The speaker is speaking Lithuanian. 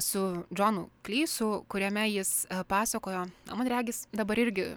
su džonu klysu kuriame jis pasakojo man regis dabar irgi